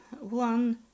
One